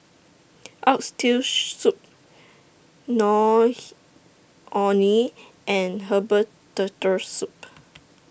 Oxtail Soup Nor He Orh Nee and Herbal Turtle Soup